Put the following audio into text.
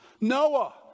Noah